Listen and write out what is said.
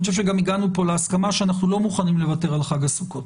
אני חושב שגם הגענו פה להסכמה שאנחנו לא מוכנים לוותר על חג הסוכות